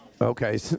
Okay